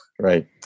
Right